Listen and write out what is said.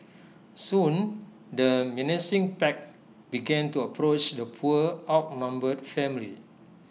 soon the menacing pack began to approach the poor outnumbered family